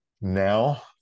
Now